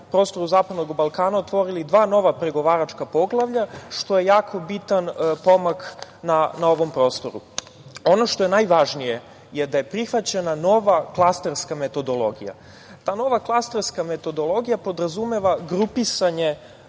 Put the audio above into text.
zapadnog Balkana otvorili dva nova pregovaračka poglavlja što je jako bitan pomak na ovom prostoru. Ono što je najvažnije je da je prihvaćena nova klasterska metodologija. Ta nova klasterska metodologija podrazumeva grupisanje